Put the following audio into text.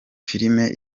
filimi